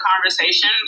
conversation